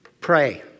pray